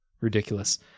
Ridiculous